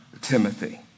Timothy